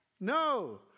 No